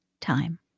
Time